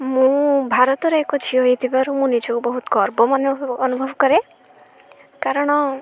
ମୁଁ ଭାରତରେ ଏକ ଝିଅ ହୋଇଥିବାରୁ ମୁଁ ନିଜକୁ ବହୁତ ଗର୍ବ ମନେ ଅନୁଭବ କରେ କାରଣ